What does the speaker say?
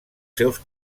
seus